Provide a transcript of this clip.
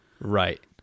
right